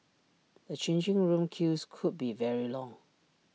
the changing room queues could be very long